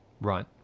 Right